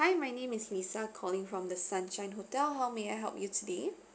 hi my name is lisa calling from the sunshine hotel how may I help you today